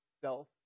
self